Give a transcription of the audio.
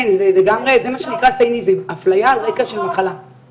כן, זה מה שנקרא סייניזם, אפליה על רקע של מחלה.